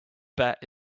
bet